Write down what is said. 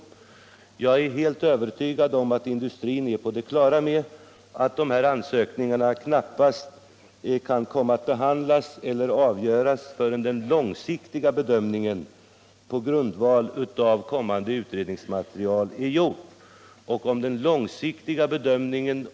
Jag är helt övertygad om att industrin är på det klara med att dessa ansökningar knappast kan komma att avgöras förrän den långsiktiga bedömningen på grundval av kommande utredningsmaterial är gjord.